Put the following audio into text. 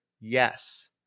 Yes